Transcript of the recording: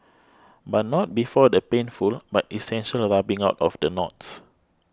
but not before the painful but essential rubbing out of the knots